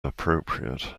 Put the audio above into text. appropriate